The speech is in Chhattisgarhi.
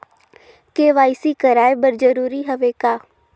के.वाई.सी कराय बर जरूरी हवे का?